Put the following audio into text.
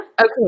Okay